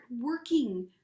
working